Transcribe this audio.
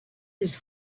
his